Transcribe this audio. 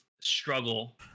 struggle